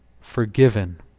forgiven